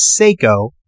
Seiko